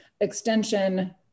extension